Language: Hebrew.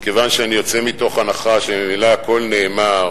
מכיוון שאני יוצא מתוך הנחה שממילא הכול נאמר,